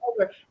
over